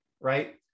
right